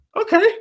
okay